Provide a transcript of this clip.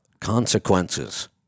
consequences